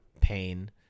pain